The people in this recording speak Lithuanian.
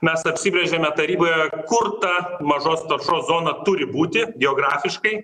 mes apsibrėžėme taryboje kur ta mažos taršos zona turi būti geografiškai